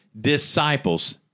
disciples